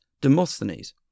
Demosthenes